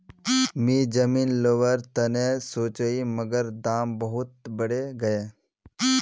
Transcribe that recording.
मी जमीन लोवर तने सोचौई मगर दाम बहुत बरेगये